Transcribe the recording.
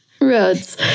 roads